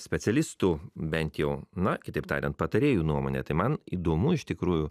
specialistų bent jau na kitaip tariant patarėjų nuomone tai man įdomu iš tikrųjų